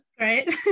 Right